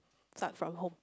start from home